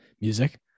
music